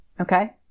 Okay